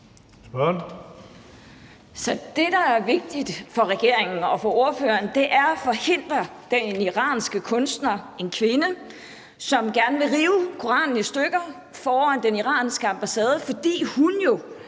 det, der er vigtigt for regeringen og for ordføreren, er at forhindre den iranske kunstner – en kvinde, som gerne vil rive Koranen i stykker foran den iranske ambassade, fordi hun er